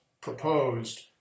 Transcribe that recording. proposed